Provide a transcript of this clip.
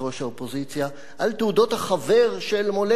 על תעודות החבר של מולדת כתב גנדי: